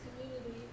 community